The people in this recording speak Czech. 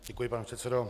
Děkuji, pane předsedo.